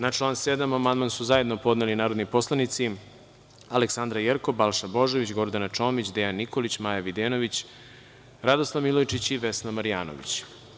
Na član 7. amandman su zajedno podneli narodni poslanici Aleksandra Jerkov, Balša Božović, Gordana Čomić, Dejan Nikolić, Maja Videnović, Radoslav Milojičić, Vesna Marjanović.